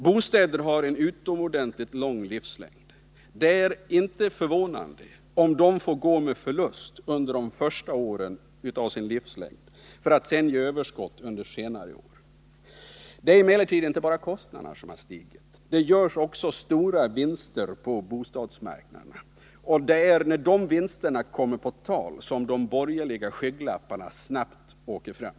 Bostäder har en utomordentligt lång livslängd. Det är inte förvånande om de får gå med förlust under de första åren av sin livslängd för att ge överskott under senare år. Det är emellertid inte bara kostnaderna som har stigit. Det görs också stora vinster på bostadsmarknaden. Det är när dessa vinster kommer på tal som de borgerliga skygglapparna snabbt åker fram.